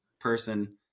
person